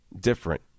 different